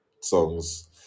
songs